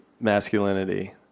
masculinity